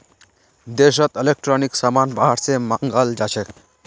देशोत इलेक्ट्रॉनिक समान बाहर से मँगाल जाछे